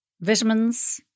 vitamins